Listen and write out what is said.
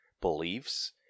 beliefs